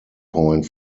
point